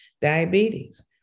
diabetes